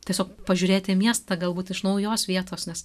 tiesiog pažiūrėti į miestą galbūt iš naujos vietos nes